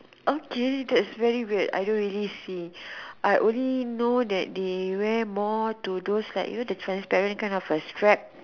okay that's very weird I don't really see I only know that they wear more to those like you know the transparent kind of a strap